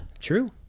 True